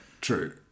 true